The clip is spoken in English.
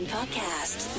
Podcast